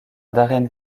darren